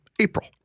April